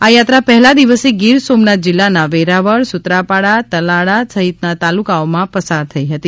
આ યાત્રા પહેલા દિવસે ગીર સોમનાથ જિલ્લાના વેરાવળ સુત્રાપાડા તથા તલાળા સહિતના તાલુકાઓમાં પસાર થઇ હતી